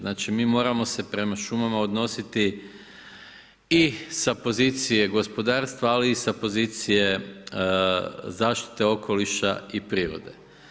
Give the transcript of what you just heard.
Znači mi moramo se prema šumama odnositi i sa pozicije gospodarstva, ali i sa pozicije zaštite okoliša i prirode.